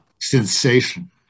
sensation